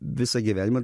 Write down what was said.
visą gyvenimą